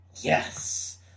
Yes